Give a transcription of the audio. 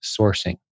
sourcing